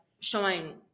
showing